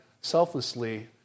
selflessly